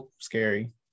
scary